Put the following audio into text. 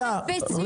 תומכת בציונות דתית